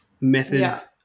methods